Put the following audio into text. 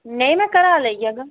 नेईं में घरै दा लेई जाह्गा